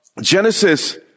Genesis